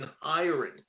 hiring